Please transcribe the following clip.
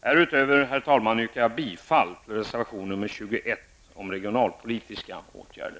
Härutöver yrkar jag bifall till reservation nr 21 om regionalpolitiska åtgärder.